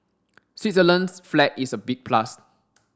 Switzerland's flag is a big plus